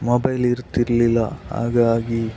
mobile ಇರುತ್ತಿರ್ಲಿಲ್ಲ ಹಾಗಾಗಿ